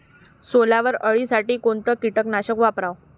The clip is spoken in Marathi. सोल्यावरच्या अळीसाठी कोनतं कीटकनाशक वापराव?